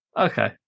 Okay